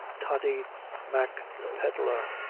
toddy mack, the pedlar,